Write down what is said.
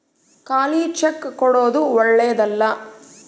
ಖಾಲಿ ಚೆಕ್ ಕೊಡೊದು ಓಳ್ಳೆದಲ್ಲ